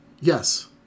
Yes